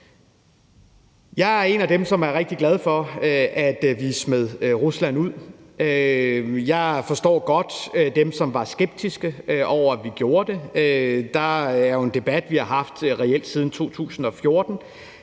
Jeg er en af dem, som er rigtig glade for, at vi smed Rusland ud. Jeg forstår godt dem, som var skeptiske over for, at vi gjorde det; der er jo en debat, vi reelt har haft siden 2014.